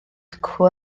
acw